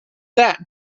that